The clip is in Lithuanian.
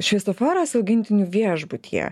šviesoforas augintinių viešbutyje